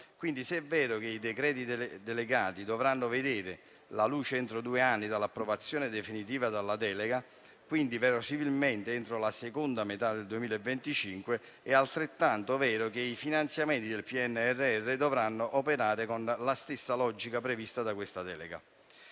Quindi, se è vero che i decreti delegati dovranno vedere la luce entro due anni dall'approvazione definitiva della delega, verosimilmente entro la seconda metà del 2025, è altrettanto vero che i finanziamenti del PNRR dovranno operare con la stessa logica prevista da questa delega.